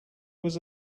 was